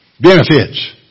Benefits